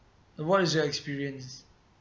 so what is your experience